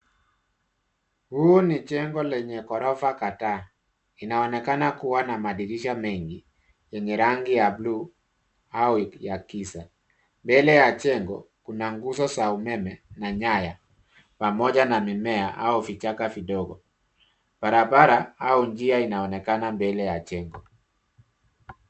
Huu ni jengo lenye ghorofa kadhaa inaonekana kua na madirisha mengi yenye rangi ya bluu au ya giza mbele ya jengo kuna nguzo za umeme na nyaya pamoja na mimea au vichaka vidogo, barabara au njia inaonekana mbele ya jengo.